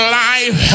life